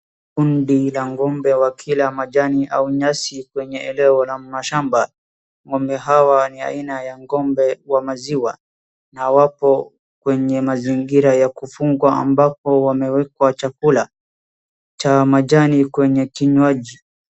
Kundi la ng'ombe wakila majani au nyasi kwenye eleo la mashamba. Ng'ombe hawa ni aina ya ng'ombe wa maziwa na wapo kwenye mazingira ya kufungwa ambapo wamewekwa chakula cha majani kwenye kinywaji.